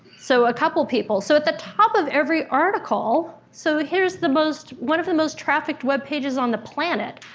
so a couple people. so, at the top of every article, so here's the most, one of the most trafficked web pages on the planet,